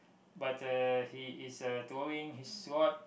but uh he is uh throwing his rod